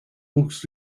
books